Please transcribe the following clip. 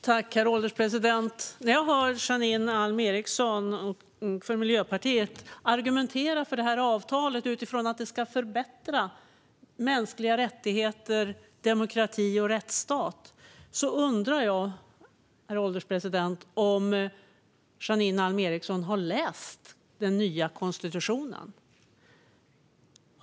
Herr ålderspresident! När jag hör Janine Alm Ericson från Miljöpartiet argumentera för det här avtalet utifrån att det ska förbättra mänskliga rättigheter, demokrati och rättsstat undrar jag om hon har läst den nya konstitutionen.